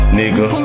nigga